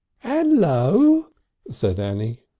el-lo said annie.